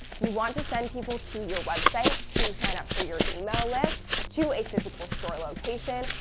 you want to send people to your website to sign up for your email list, to a physical store or location,